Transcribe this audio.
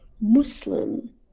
Muslim